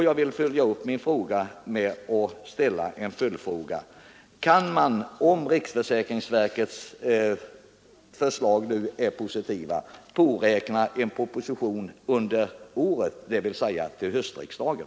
Jag vill följa upp frågan med att ställa en följdfråga: Kan man, om riksförsäkringsverkets förslag blir positiva, påräkna en proposition under året, dvs. till höstriksdagen?